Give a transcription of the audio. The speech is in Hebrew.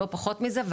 לא פחות מזה,